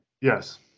Yes